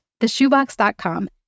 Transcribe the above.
theshoebox.com